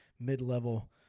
mid-level